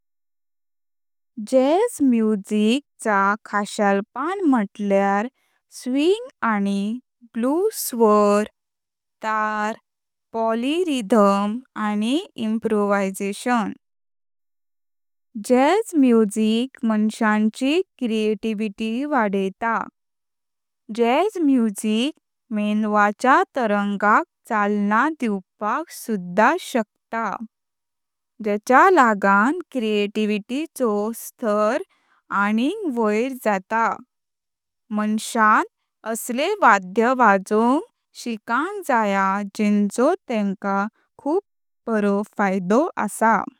Jazz music च्या खासळपां म्हटल्यार स्विंग आनी ब्ल्यू स्वर, तार, पोलिरिदम आनी इम्प्रोवायज़ेशन, जॅज़ म्युझिक माणसांची क्रीएटिविटी वाढायता। जॅज़ म्युझिक मेंढवाच्या तरंगाक चालना दिवपाक सुध्दा शकता जेंचा लागण क्रीएटिविटी चो स्तर आनी वैर जाता। मांशन असले वाध्य वाजावक शिकंक जया जेनचो तेंका खूप बारो फायदा आसा।